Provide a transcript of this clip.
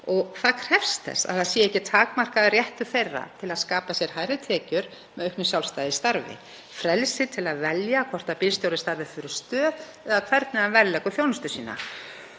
og það krefst þess að það sé ekki takmarkaður réttur þeirra til að skapa sér hærri tekjur með auknu sjálfstæði í starfi, frelsi til að velja hvort bílstjóri starfi fyrir stöð eða hvernig hann verðleggur þjónustu sína.